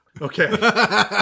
Okay